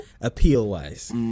appeal-wise